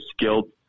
skilled